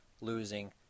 losing